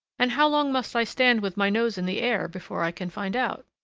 and how long must i stand with my nose in the air before i can find out?